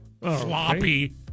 Sloppy